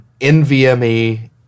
NVMe